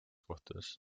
kohtades